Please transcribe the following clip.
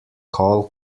call